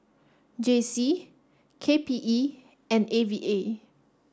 J C K P E and A V A